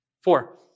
Four